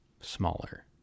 smaller